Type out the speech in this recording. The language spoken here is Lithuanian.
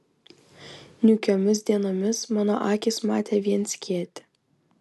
niūkiomis dienomis mano akys matė vien skėtį